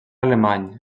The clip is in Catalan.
alemany